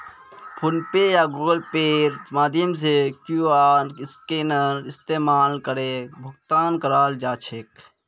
phone पे या Google पेर माध्यम से क्यूआर स्कैनेर इस्तमाल करे भुगतान कराल जा छेक